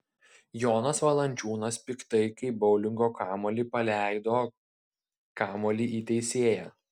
jonas valančiūnas piktai kaip boulingo kamuolį paleido kamuolį į teisėją